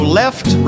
left